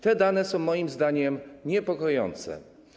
Te dane są moim zdaniem niepokojące.